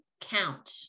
Count